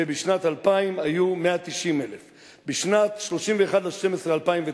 ובשנת 2000 היו 190,000. ב-31 בדצמבר 2009